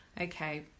Okay